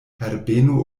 herbeno